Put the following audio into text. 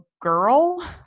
girl